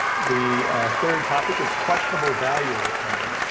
the third topic is questionable value of attending.